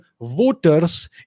voters